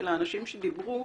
של האנשים שדיברו,